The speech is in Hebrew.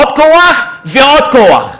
עוד כוח ועוד כוח.